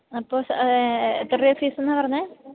അപ്പം എത്ര രൂപയാ ഫീസ് എന്നാ പറഞ്ഞത്